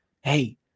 Hey